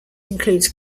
includes